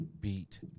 beat